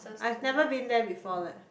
I've never been there before leh